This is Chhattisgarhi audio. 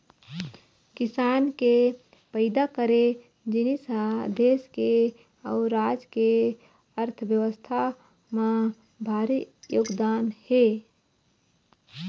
किसान के पइदा करे जिनिस ह देस के अउ राज के अर्थबेवस्था म भारी योगदान हे